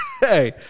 hey